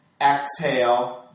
Exhale